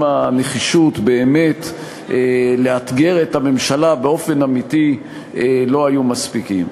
הנחישות באמת לאתגר את הממשלה באופן אמיתי לא היו מספיקות.